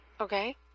Okay